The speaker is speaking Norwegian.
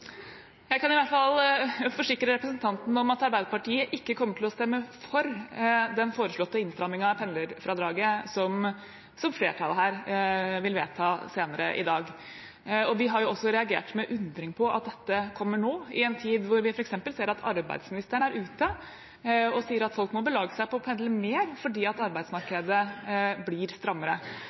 Jeg kan i hvert fall forsikre representanten om at Arbeiderpartiet ikke kommer til å stemme for den foreslåtte innstrammingen av pendlerfradraget som flertallet vil vedta senere i dag. Vi har også reagert med undring over at dette kommer nå, i en tid da vi f.eks. ser at arbeidsministeren er ute og sier at folk må belage seg på å pendle mer fordi arbeidsmarkedet blir strammere.